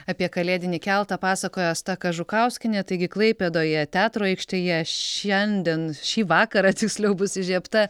apie kalėdinį keltą pasakojo asta kažukauskienė taigi klaipėdoje teatro aikštėje šiandien šį vakarą tiksliau bus įžiebta